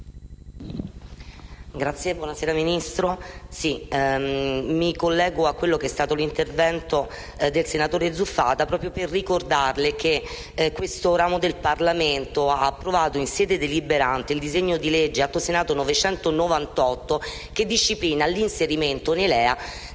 Signor Ministro, mi collego all'intervento del senatore Zuffada proprio per ricordarle che questo ramo del Parlamento ha approvato, in sede deliberante, il disegno di legge Atto Senato 998, che disciplina l'inserimento nei